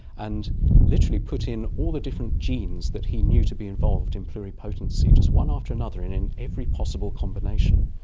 and literally put in all the different genes that he knew to be involved in pluripotency, just one after another and in every possible combination.